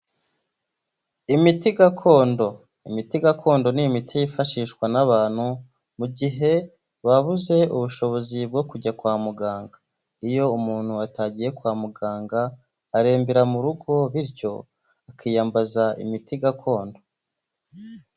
Imiti gakondo, imiti gakondo ni imiti yifashishwa n'abantu mu gihe babuze ubushobozi bwo kujya kwa muganga, iyo umuntu atagiye kwa muganga arembera mu rugo bityo akiyambaza imiti gakondo.